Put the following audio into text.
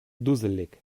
dusselig